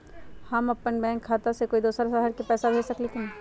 हम अपन बैंक खाता से कोई दोसर शहर में पैसा भेज सकली ह की न?